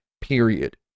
period